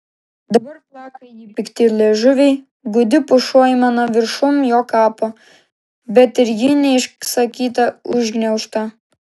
dabar plaka jį pikti liežuviai gūdi pušų aimana viršum jo kapo bet ir ji neišsakyta užgniaužta